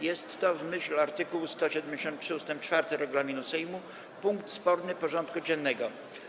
Jest to, w myśl art. 173 ust. 4 regulaminu Sejmu, punkt sporny porządku dziennego.